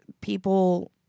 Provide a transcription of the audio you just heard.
people